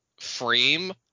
frame